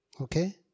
okay